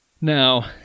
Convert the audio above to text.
now